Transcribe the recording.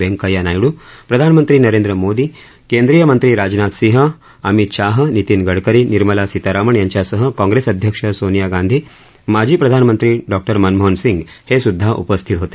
व्यंकय्या नायडू प्रधानमंत्री नरेंद्र मोदी केंद्रीय मंत्री राजनाथ सिंह अमित शाह नितिन गडकरी निर्मला सीतारामन यांच्यासह काँग्रेस अध्यक्ष सोनिया गांधी आणि माजी प्रधानमंत्री मनमोहन सिंग हे सुद्धा उपस्थित होते